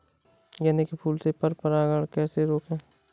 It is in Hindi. गेंदे के फूल से पर परागण कैसे रोकें?